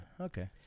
Okay